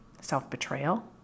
self-betrayal